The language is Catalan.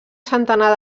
centenar